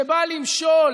שבא למשול,